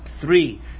three